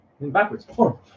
Backwards